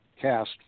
cast